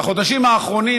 והחודשים האחרונים,